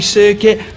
circuit